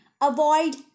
Avoid